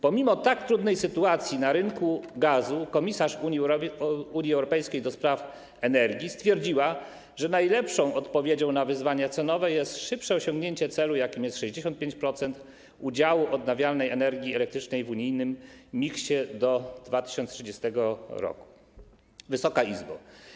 Pomimo tak trudnej sytuacji na rynku gazu komisarz Unii Europejskiej do spraw energii stwierdziła, że najlepszą odpowiedzią na wyzwania cenowe jest szybsze osiągnięcie celu, jakim jest 65% udziału odnawialnej energii elektrycznej w unijnym miksie do 2030 r. Wysoka Izbo!